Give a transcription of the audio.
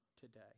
today